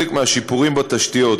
חלק מהשיפורים בתשתיות,